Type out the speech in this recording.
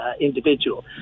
individual